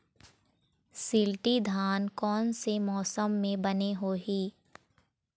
शिल्टी धान कोन से मौसम मे बने होही?